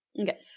Okay